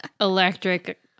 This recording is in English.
electric